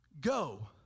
go